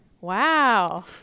Wow